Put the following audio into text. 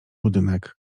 budynek